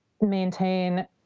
maintain